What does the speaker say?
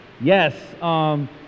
yes